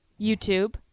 YouTube